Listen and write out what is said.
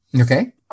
okay